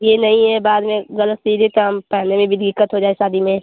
यह नहीं है बाद में गलत सीदे तो हम पहनने में भी दिक्कत हो जाए शादी में